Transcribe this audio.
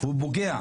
הוא פוגע,